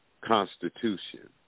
Constitution